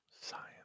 Science